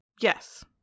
Yes